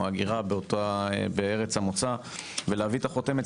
ההגירה בארץ המוצא ולהביא את החותמת.